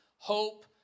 Hope